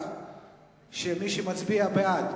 מי שמצביע בעד,